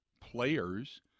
players